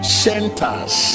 centers